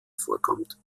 vorkommt